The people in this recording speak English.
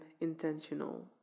intentional